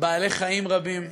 בעלי-חיים רבים,